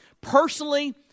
Personally